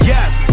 Yes